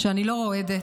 שאני לא רועדת,